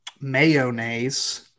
mayonnaise